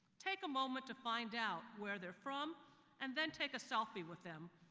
take a moment to find out where they're from and then take a selfie with them,